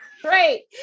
Great